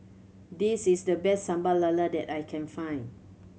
this is the best Sambal Lala that I can find